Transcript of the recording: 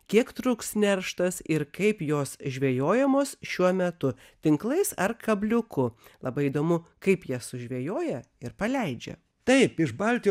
kiek truks nerštas ir kaip jos žvejojamos šiuo metu tinklais ar kabliuku labai įdomu kaip jie sužvejoja ir paleidžia taip išbalti